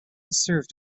served